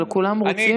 אבל כולם רוצים,